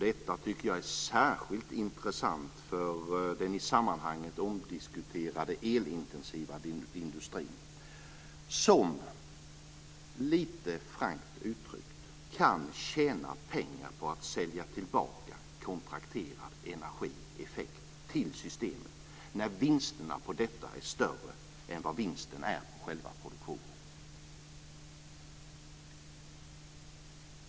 Detta tycker jag är särskilt intressant för den i sammanhanget omdiskuterade elintensiva industrin, som lite frankt uttryckt, kan tjäna pengar på att sälja tillbaka kontrakterad energieffekt till systemen när vinsterna på detta är större än vinsten på själva produktionen.